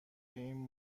این